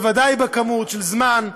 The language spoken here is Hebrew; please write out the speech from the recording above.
בוודאי בכמות הזמן,